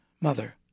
mother